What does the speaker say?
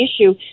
issue